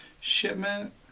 shipment